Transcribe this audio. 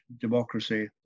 democracy